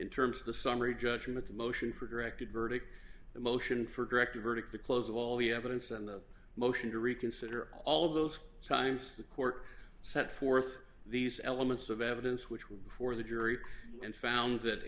in terms of the summary judgment the motion for directed verdict the motion for directed verdict the clothes of all the evidence and the motion to reconsider all of those times the court set forth these elements of evidence which were before the jury and found that